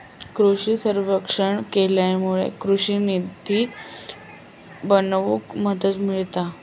कृषि सर्वेक्षण केल्यामुळे कृषि निती बनवूक मदत मिळता